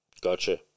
Gotcha